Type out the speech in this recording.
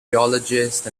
geologist